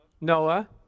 Noah